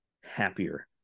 happier